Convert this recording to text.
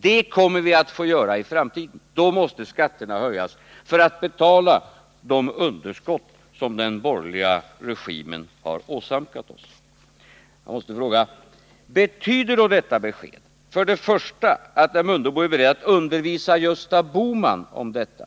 Skatterna måste alltså höjas för att betala de underskott som den borgerliga regimen har åsamkat OSS. Jag måste fråga: Betyder för det första det beskedet att herr Mundebo är beredd att undervisa Gösta Bohman om detta?